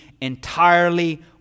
entirely